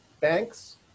banks